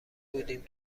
بودیم